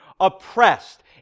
oppressed